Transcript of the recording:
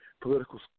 political